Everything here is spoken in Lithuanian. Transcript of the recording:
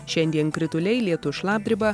šiandien krituliai lietus šlapdriba